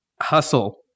Hustle